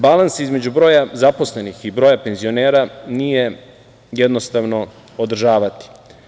Balans između broja zaposlenih i broja penzionera nije jednostavno održavati.